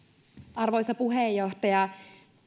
arvoisa puheenjohtaja